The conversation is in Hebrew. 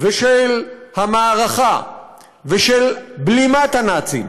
ושל המערכה ושל בלימת הנאצים